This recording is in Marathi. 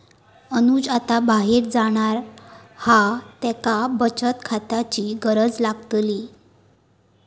अनुज आता बाहेर जाणार हा त्येका बचत खात्याची गरज लागतली